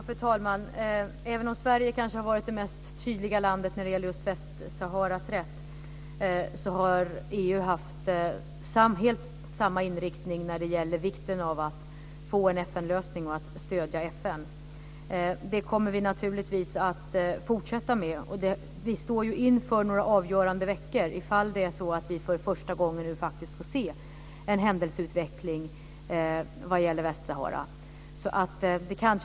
Fru talman! Även om Sverige kanske har varit det mest tydliga landet när det gäller just Västsaharas rätt så har EU haft precis samma inriktning när det gäller vikten av att få en FN-lösning och att stödja FN. Det kommer vi naturligtvis att fortsätta med. Och vi står inför några avgörande veckor om det är så att vi för första gången nu faktiskt får se en händelseutveckling i fråga om Västsahara.